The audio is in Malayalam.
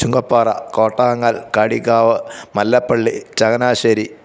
ചുങ്കപ്പാറ കോട്ടാങ്ങാൽ കാടിക്കാവ് മല്ലപ്പള്ളി ചങ്ങനാശ്ശേരി